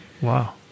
Wow